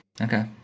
Okay